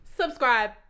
Subscribe